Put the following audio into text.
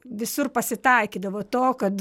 visur pasitaikydavo to kad